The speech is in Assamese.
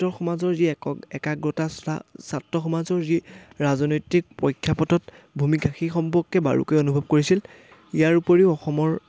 ছাত্ৰ সমাজৰ যি এক একাগ্ৰতা ছা ছাত্ৰ সমাজৰ যি ৰাজনৈতিক প্ৰেক্ষাপটত ভূমিকা সেই সম্পৰ্কে বাৰুকৈয়ে অনুভৱ কৰিছিল ইয়াৰ উপৰিও অসমৰ